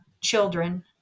children